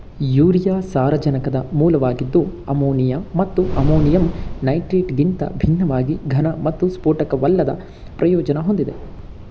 urea ಸಾರಜನಕದ ಮೂಲವಾಗಿದ್ದು ammonia ಮತ್ತು ಅಮೋನಿಯಂ ನೈಟ್ರೇಟ್ಗಿಂತ ಭಿನ್ನವಾಗಿ ಘನ ಮತ್ತು ಸ್ಫೋಟಕವಲ್ಲದ ಪ್ರಯೋಜನ ಹೊಂದಿದೆ